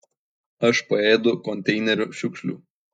aš paėdu konteinerių šiukšlių